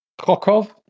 Kokov